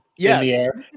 yes